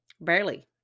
Barely